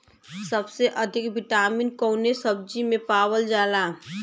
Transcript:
सबसे अधिक विटामिन कवने सब्जी में पावल जाला?